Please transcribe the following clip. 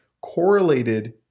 correlated